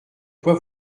quoi